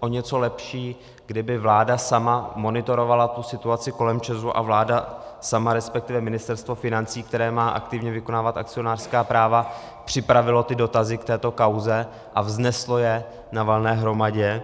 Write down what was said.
o něco lepší, kdyby vláda sama monitorovala situaci kolem ČEZu a vláda sama, resp. Ministerstvo financí, které má aktivně vykonávat akcionářská práva, připravilo ty dotazy k této kauze a vzneslo je na valné hromadě.